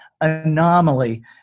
anomaly